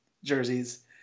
jerseys